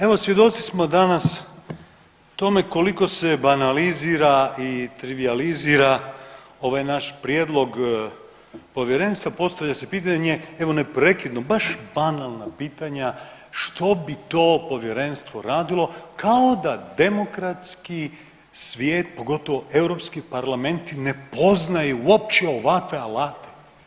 Evo svjedoci smo danas tome koliko se banalizira i trivijalizira ovaj naš prijedlog povjerenstva i postavlja se pitanje evo neprekidno, baš banalna pitanja, što bi to povjerenstvo radilo, kao da demokratski svijet, pogotovo europski parlament ne poznaju uopće ovakve alate.